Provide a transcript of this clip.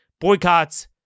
Boycotts